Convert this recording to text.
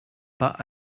pas